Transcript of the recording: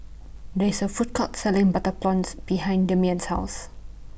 There IS A Food Court Selling Butter Prawns behind Demian's House